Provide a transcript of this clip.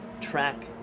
track